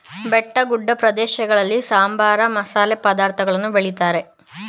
ಬೆಟ್ಟಗುಡ್ಡ ಪ್ರದೇಶಗಳಲ್ಲಿ ಸಾಂಬಾರ, ಮಸಾಲೆ ಪದಾರ್ಥಗಳನ್ನು ಬೆಳಿತಾರೆ